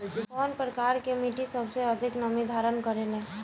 कउन प्रकार के मिट्टी सबसे अधिक नमी धारण करे ले?